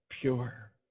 Pure